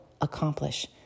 accomplish